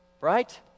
right